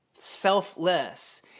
selfless